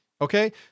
Okay